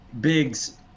Biggs